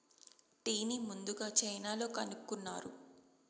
టీని ముందుగ చైనాలో కనుక్కున్నారు